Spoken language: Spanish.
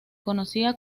conocía